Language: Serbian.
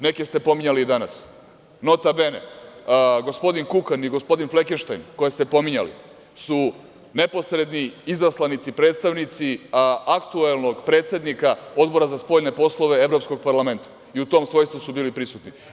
Neke ste pominjali danas, Nota Bene, gospodin Kukan i gospodin Flekenštajn koje ste pominjali, su neposredni izaslanici, predstavnici aktuelnog predsednika Odbora za spoljne poslove Evropskog parlamenta i u tom svojstvu su bili prisutni.